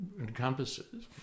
encompasses